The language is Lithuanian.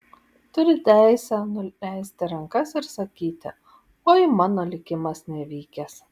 turi teisę nuleisti rankas ir sakyti oi mano likimas nevykęs